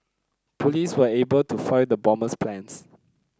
police were able to foil the bomber's plans